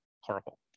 horrible